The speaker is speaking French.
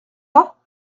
pas